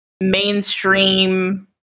mainstream